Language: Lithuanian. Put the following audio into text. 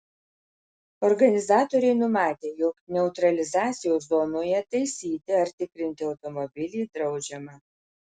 organizatoriai numatę jog neutralizacijos zonoje taisyti ar tikrinti automobilį draudžiama